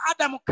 Adam